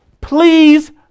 please